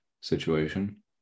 situation